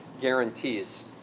guarantees